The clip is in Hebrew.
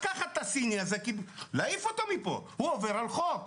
לקחת את הסיני הזה ולהעיף אותו מפה כי הוא עובר על החוק.